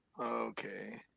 Okay